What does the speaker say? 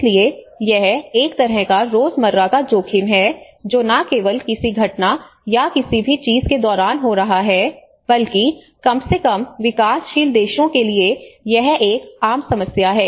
इसलिए यह एक तरह का रोजमर्रा का जोखिम है जो न केवल किसी घटना या किसी भी चीज के दौरान हो रहा है बल्कि कम से कम विकासशील देशों के लिए यह एक आम समस्या है